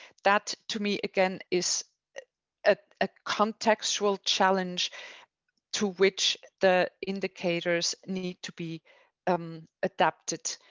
that, to me, again, is a ah contextual challenge to which the indicators need to be um adapted.